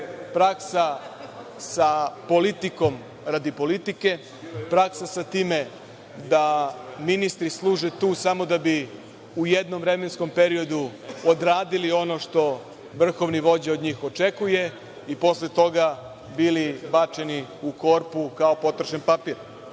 praksa sa politikom radi politike, praksa sa time da ministri služe tu samo da bi u jednom vremenskom periodu odradili ono što vrhovni vođa od njih očekuje i posle toga bili bačeni u korpu kao potrošni